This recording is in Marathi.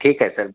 ठीक आहे सर